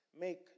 make